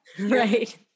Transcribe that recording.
Right